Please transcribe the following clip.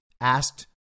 asked